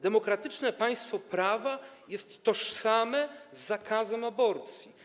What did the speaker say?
Demokratyczne państwo prawa jest tożsame z zakazem aborcji.